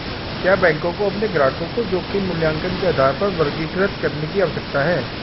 क्या बैंकों को अपने ग्राहकों को जोखिम मूल्यांकन के आधार पर वर्गीकृत करने की आवश्यकता है?